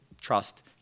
trust